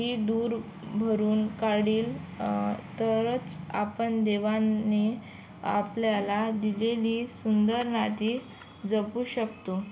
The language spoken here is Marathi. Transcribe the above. ही दूर भरून काढील तरच आपण देवाने आपल्याला दिलेली सुंदर नाती जपू शकतो